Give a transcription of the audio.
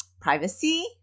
privacy